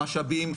משאבים,